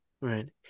Right